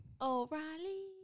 O'Reilly